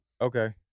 Okay